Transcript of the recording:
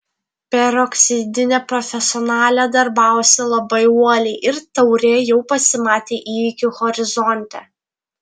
peroksidinė profesionalė darbavosi labai uoliai ir taurė jau pasimatė įvykių horizonte